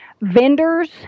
Vendors